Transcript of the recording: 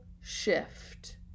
shift